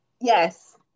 yes